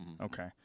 Okay